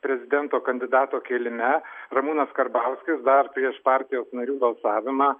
prezidento kandidato kėlime ramūnas karbauskis dar prieš partijos narių balsavimą